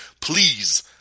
Please